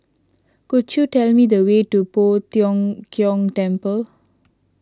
could you tell me the way to Poh Tiong Kiong Temple